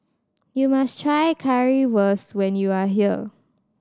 you must try Currywurst when you are here